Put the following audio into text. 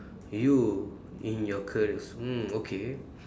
you in your career mm okay